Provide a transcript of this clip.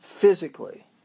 physically